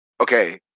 okay